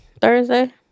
Thursday